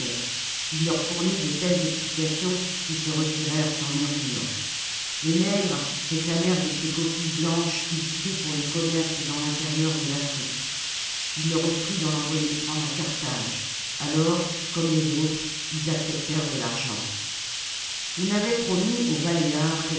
il leur fournit de telles explications qu'ils se retirèrent sans murmures les nègres réclamèrent de ces coquilles blanches usitées pour le commerce dans l'intérieur de l'afrique il leur offrit d'en envoyer prendre à carthage alors comme les autres ils acceptèrent de l'argent on avait promis aux baléares